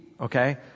Okay